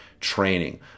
training